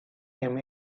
him